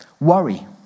Worry